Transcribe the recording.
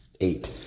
Eight